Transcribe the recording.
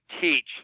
teach